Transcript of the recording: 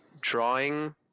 drawing